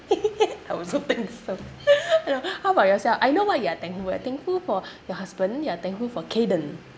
I also think so you know how about yourself I know what you're thankful you're thankful for your husband you are thankful for kayden